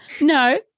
No